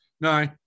No